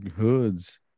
hoods